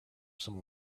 some